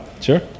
Sure